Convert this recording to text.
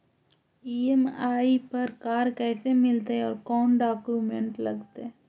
EMI पर car कैसे मिलतै औ कोन डाउकमेंट लगतै?